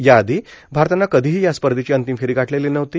याआधी भारतानं कधीही या स्पर्धेची अंतिम फेरी गाठलेली नव्हती